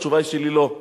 התשובה שלי היא: לא.